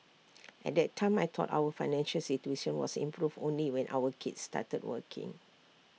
at that time I thought our financial situation was improve only when our kids started working